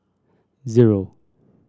zero